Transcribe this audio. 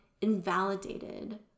invalidated